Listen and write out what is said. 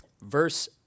Verse